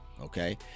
okay